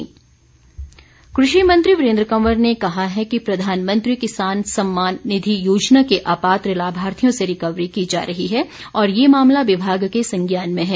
वीरेंद्र कंवर कृषि मंत्री वीरेंद्र कंवर ने कहा है कि प्रधानमंत्री किसान सम्मान निधि योजना के अपात्र लाभार्थियों से रिकवरी की जा रही है और ये मामला विभाग के संज्ञान में है